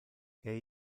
que